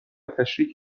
تشریک